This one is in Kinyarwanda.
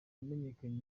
wamenyekanye